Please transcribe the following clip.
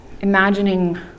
imagining